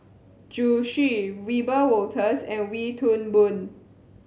Zhu Xu Wiebe Wolters and Wee Toon Boon